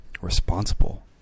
responsible